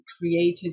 created